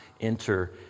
enter